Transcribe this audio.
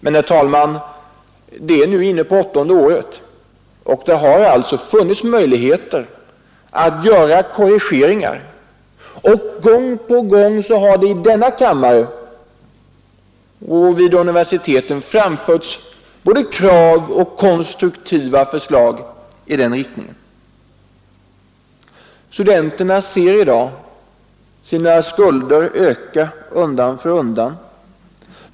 Men, herr talman, det är nu inne på åttonde året, och det har alltså funnits möjligheter att göra korrigeringar, och gång på gång har det i denna kammare och vid universiteten framförts både krav och konstruktiva förslag i den riktningen. Studenterna ser i dag sina skulder öka undan för undan.